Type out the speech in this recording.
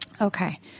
Okay